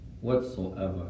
Whatsoever